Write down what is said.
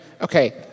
Okay